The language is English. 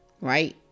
right